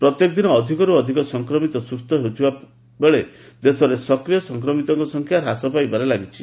ପ୍ରତ୍ୟେକ ଦିନ ଅଧିକରୁ ଅଧିକ ସଂକ୍ରମିତ ସୁସ୍ଥ ହେଉଥିବା ଫଳରେ ଦେଶରେ ସକ୍ରିୟ ସଂକ୍ରମିତଙ୍କ ସଂଖ୍ୟା ହ୍ରାସ ପାଇବାରେ ଲାଗିଛି